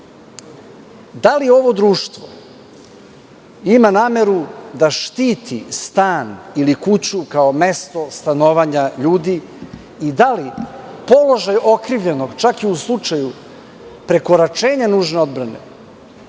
da li ovo društvo ima nameru da štiti stan ili kuću kao mesto stanovanja ljudi i da li položaj okrivljenog, čak i u slučaju prekoračenja nužne odbrane,